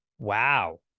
Wow